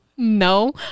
no